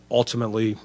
ultimately